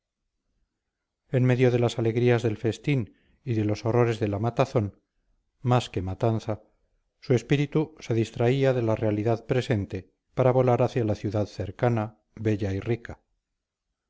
en medio de las alegrías del festín y de los horrores de la matazón más que matanza su espíritu se distraía de la realidad presente para volar hacia la ciudad cercana bella y rica